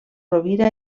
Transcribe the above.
rovira